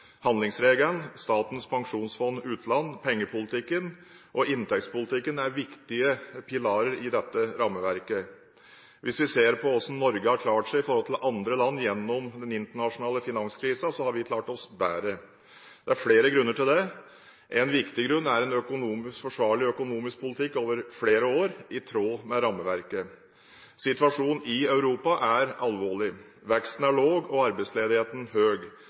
Handlingsregelen, Statens pensjonsfond utland, pengepolitikken og inntektspolitikken er viktige pilarer i dette rammeverket. Hvis vi ser på hvordan Norge har klart seg i forhold til andre land gjennom den internasjonale finanskrisen, har vi klart oss bedre. Det er flere grunner til det. En viktig grunn er en forsvarlig økonomisk politikk over flere år, i tråd med rammeverket. Situasjonen i Europa er alvorlig. Veksten er lav og arbeidsledigheten